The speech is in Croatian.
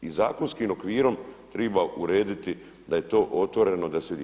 I zakonskim okvirom treba urediti da je to otvoreno da se vidi.